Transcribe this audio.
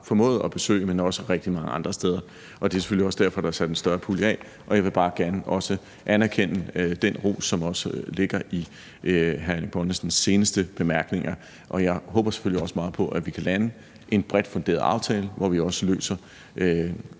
formået at besøge, men også rigtig mange andre steder. Og det er selvfølgelig også derfor, at der er sat en større pulje af. Og jeg vil bare gerne også anerkender den ros, som ligger i hr. Erling Bonnesens seneste bemærkninger. Og jeg håber selvfølgelig også meget på, at vi kan lande en bredt funderet aftale, hvor vi også løser